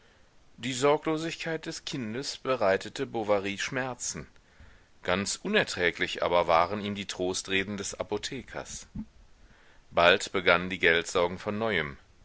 die sorglosigkeit des kindes bereitete bovary schmerzen ganz unerträglich aber waren ihm die trostreden des apothekers bald begannen die geldsorgen von neuem